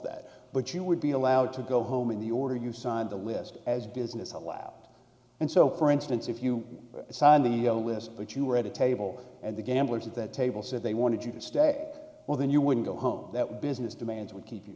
that but you would be allowed to go home in the order you signed the list as business allowed and so for instance if you signed the list but you were at a table and the gamblers at that table said they wanted you to stay well then you would go home that business demands would keep you